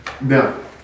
no